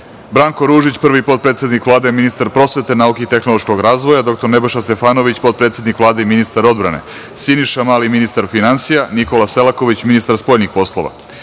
Branko Ružić, prvi potpredsednik Vlade ministar prosvete, nauke i tehnološkog razvoja, dr Nebojša Stefanović, potpredsednik Vlade i ministar odbrane, Siniša Mali, ministar finansija, Nikola Selaković, ministar spoljnih poslova,